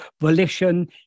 volition